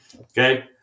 Okay